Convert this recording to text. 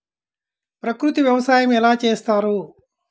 ప్రకృతి వ్యవసాయం ఎలా చేస్తారు?